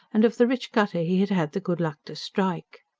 and of the rich gutter he had had the good luck to strike.